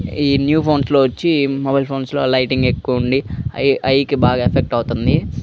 ఈ న్యూ ఫోన్స్లో వచ్చి మొబైల్ ఫోన్స్లో లైటింగ్ ఎక్కువుండి ఐ ఐకి బాగా ఎఫెక్ట్ అవుతుంది